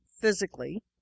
physically